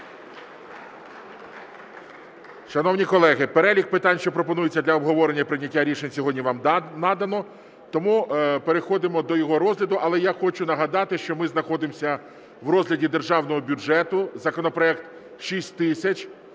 Шановні колеги, перелік питань, що пропонується для обговорення і прийняття рішень сьогодні вам надано, тому переходимо до його розгляду. Але я хочу нагадати, що ми знаходимося в розгляді Державного бюджету, законопроект 6000,